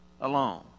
alone